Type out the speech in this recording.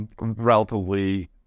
relatively